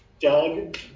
Doug